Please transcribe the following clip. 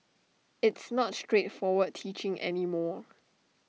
it's not straightforward teaching any more